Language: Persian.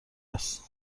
است